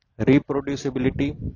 reproducibility